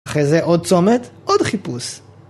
אחרי זה עוד צומת עוד חיפוש